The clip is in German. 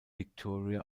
victoria